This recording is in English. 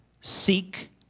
seek